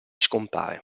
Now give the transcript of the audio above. scompare